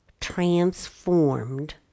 transformed